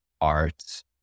art